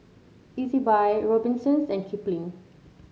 Ezbuy Robinsons and Kipling